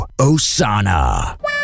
Osana